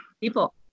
people